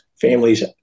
families